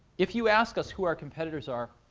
if you ask us who our competitors are,